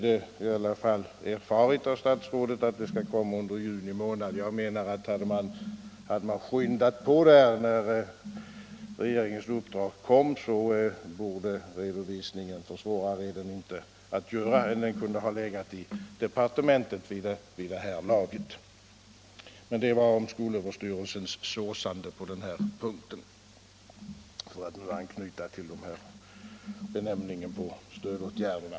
Nu har i alla fall statsrådet erfarit att redovisningen skall komma under juni månad. Men om ärendet hade skyndats på när regeringens uppdrag gavs borde redovisningen — för svårare är den inte att göra — kunnat föreligga i departementet vid det här laget. Detta sagt om skolöverstyrelsens såsande, för att anknyta till benämningen på stödåtgärderna.